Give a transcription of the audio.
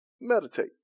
meditate